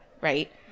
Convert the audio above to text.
right